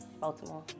Baltimore